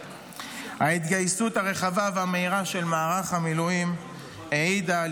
ההתגייסות הרחבה והמהירה של מערך המילואים העידה על